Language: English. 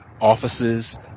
offices